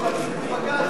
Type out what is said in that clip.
פרוטוקול,